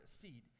seed